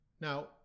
Now